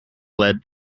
led